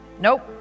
Nope